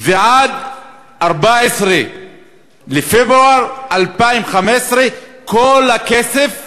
ועד 14 בפברואר 2015 כל הכסף יעבור.